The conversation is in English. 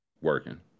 working